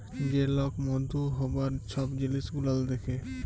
যে লক মধু হ্যবার ছব জিলিস গুলাল দ্যাখে